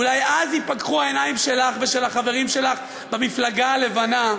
אולי אז ייפקחו העיניים שלך ושל החברים שלך במפלגה הלבנה,